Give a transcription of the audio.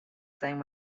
same